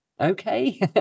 Okay